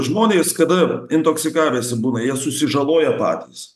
žmonės kada intoksikavęsi būna susižaloja patys